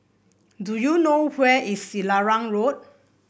do you know where is Selarang Road